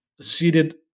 seated